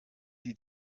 die